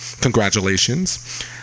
Congratulations